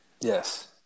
Yes